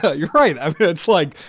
ah you're right. i'm good, floyd.